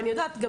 אני יודעת,